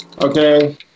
Okay